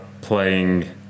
playing